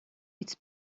its